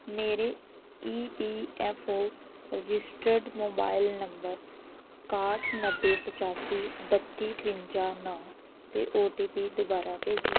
ਮੇਰੇ E P F O registered mobile number ਇੱਕਾਹਠ ਨੱਬੇ ਪਚਾਸੀ ਬੱਤੀ ਅਠਵੰਜਾ ਨੌ 'ਤੇ ਓ ਟੀ ਪੀ ਦੁਬਾਰਾ ਭੇਜੋ